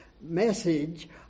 message